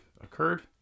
occurred